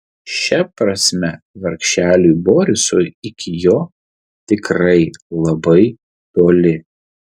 šia prasme vargšeliui borisui iki jo tikrai labai toli